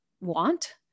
want